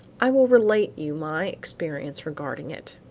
i will relate you my experience regarding it.